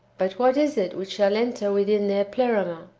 but what is it which shall enter within their pleroma?